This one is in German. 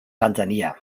tansania